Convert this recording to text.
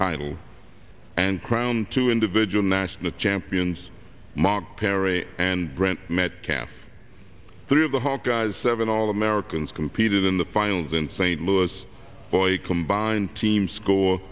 title and crown to individual national champions mark perry and brant metcalf three of the hawkeyes seven all americans competed in the finals in st louis boy combined team score